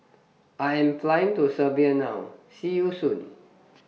I Am Flying to Serbia now See YOU Soon